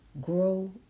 grow